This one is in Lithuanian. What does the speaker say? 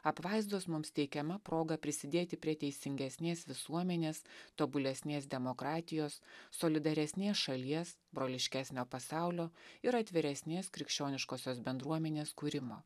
apvaizdos mums teikiama proga prisidėti prie teisingesnės visuomenės tobulesnės demokratijos solidaresnės šalies broliškesnio pasaulio ir atviresnės krikščioniškosios bendruomenės kūrimo